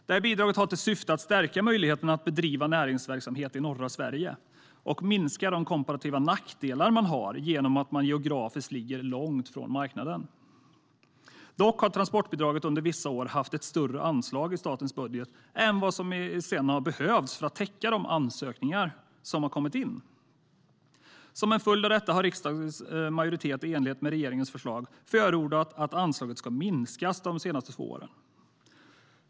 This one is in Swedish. Detta bidrag har till syfte att stärka möjligheterna att bedriva näringsverksamhet i norra Sverige och minska de komparativa nackdelar som man har genom att man geografiskt ligger långt från marknaderna. Dock har transportbidraget under vissa år haft ett större anslag i statens budget än vad som har behövts för att bevilja de ansökningar som har kommit in. Som en följd av detta har riksdagens majoritet under de senaste två åren i enlighet med regeringens förslag förordat att anslaget ska minskas.